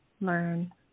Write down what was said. learn